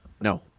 No